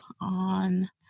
on